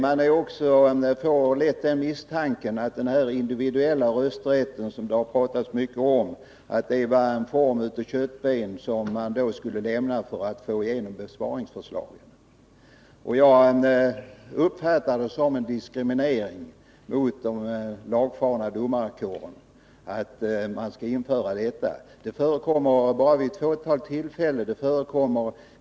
Man får också lätt misstanken att den individuella rösträtten, som det har talats om, är ett köttben, som regeringen ger bort bara för att få igenom besparingsförslaget. Jag uppfattar det som en diskriminering av den lagfarna domarkåren att införa ett sådant system.